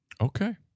Okay